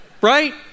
Right